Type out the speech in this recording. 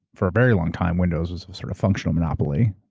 for a very long time, windows was a sort of functional monopoly,